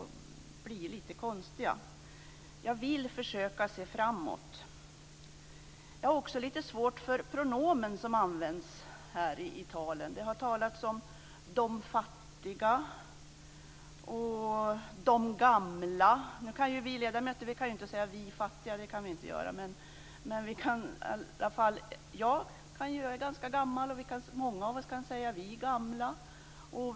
De blir lite konstiga. Jag vill försöka se framåt. Jag har också lite svårt för de pronomen som används i talen. Det har talats om "de fattiga" och "de gamla". Vi ledamöter kan inte säga "vi fattiga". Det kan vi inte göra. Men i alla fall jag är ganska gammal. Många av oss kan säga "vi gamla".